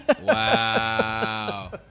Wow